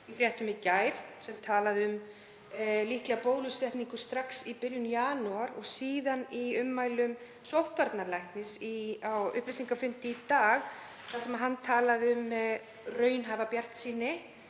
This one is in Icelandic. í fréttum í gær sem talaði um líklega bólusetningu strax í byrjun janúar og síðan í ummælum sóttvarnalæknis á upplýsingafundi í dag þar sem hann talaði um raunhæfa bjartsýni